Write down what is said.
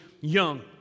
young